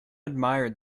admired